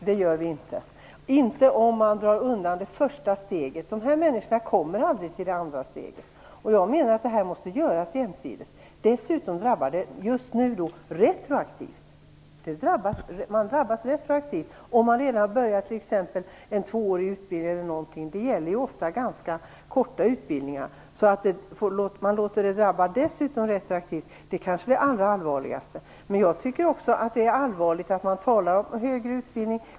Herr talman! Nej, det gör ni inte, inte om det första steget dras undan. Dessa människor kommer inte till det andra steget. Detta måste göras jämsides. Det här förslaget drabbar retroaktivt. Man har kanske t.ex. redan påbörjat en tvåårig utbildning. Det gäller ofta ganska korta utbildningar. Därför är det kanske allra allvarligast att detta drabbar retroaktivt. Man talar om att det är viktigt med högre utbildning.